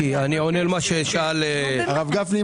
הרב גפני,